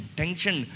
tension